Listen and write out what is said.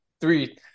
three